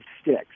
sticks